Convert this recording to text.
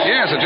Yes